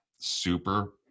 super